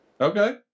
Okay